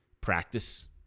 practice